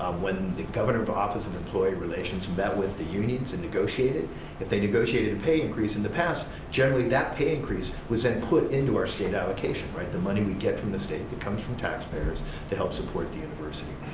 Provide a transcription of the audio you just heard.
um when the governor of office and employee relations met with the union to negotiate it, if they negotiated a pay increase in the past generally that pay increase was then put into our state allocation, right, the money we get from the state that comes from taxpayers to help support the university.